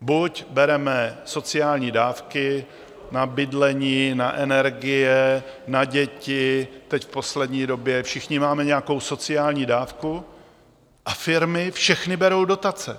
Buď bereme sociální dávky na bydlení, na energie, na děti, teď v poslední době všichni máme nějakou sociální dávku a firmy všechny berou dotace.